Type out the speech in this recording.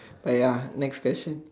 but ya my expression